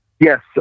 Yes